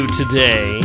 today